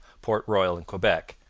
port royal, and quebec,